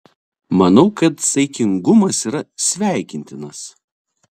manau kad saikingumas yra sveikintinas